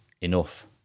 enough